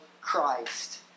Christ